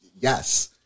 Yes